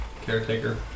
caretaker